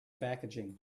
packaging